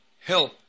help